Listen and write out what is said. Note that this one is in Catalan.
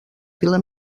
vila